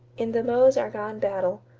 in the meuse-argonne battle,